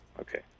Okay